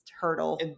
hurdle